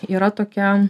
yra tokia